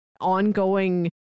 ongoing